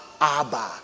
Abba